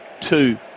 two